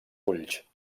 ulls